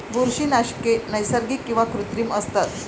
बुरशीनाशके नैसर्गिक किंवा कृत्रिम असतात